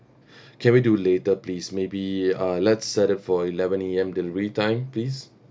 can we do later please maybe uh let's set it for eleven A_M delivery time please